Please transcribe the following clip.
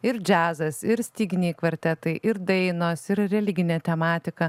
ir džiazas ir styginiai kvartetai ir dainos ir religinė tematika